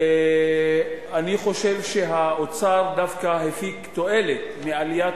אני חושב שהאוצר דווקא הפיק תועלת מעליית